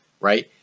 right